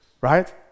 right